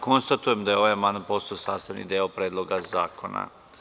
Konstatujem da je ovaj amandman postao sastavni deo Predloga zakona.